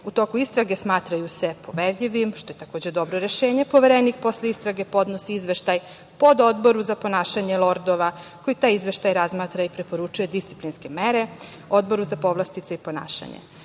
u toku istrage smatraju se poverljivim, što je takođe dobro rešenje. Poverenik posle istrage podnosi izveštaj pododboru za ponašanje lordova koji taj izveštaj razmatra i preporučuje disciplinske mere Odboru za povlastice i ponašanje. Poslanik